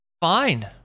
Fine